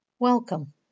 Welcome